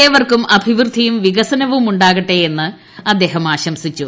ഏവർക്കൂം അഭിവൃദ്ധിയും വികസനവും ഉണ്ടാകട്ടേയെന്ന് അദ്ദേഹം ആശ്രംസിച്ചു